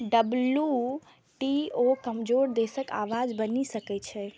WTO कमजोर देशक आवाज बनि सकै छै